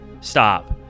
Stop